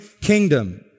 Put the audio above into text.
kingdom